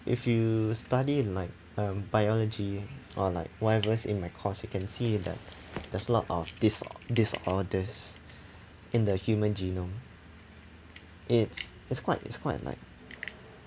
if you study like um biology or like whatever in my course you can see that there's a lot of dis~ disorders in the human genome it's it's quite it's quite like